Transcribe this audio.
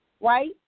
right